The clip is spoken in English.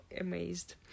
amazed